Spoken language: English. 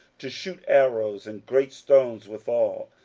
to shoot arrows and great stones withal.